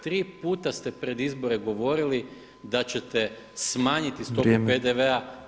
Tri puta ste pred izbore govorili da ćete smanjiti stopu PDV-a.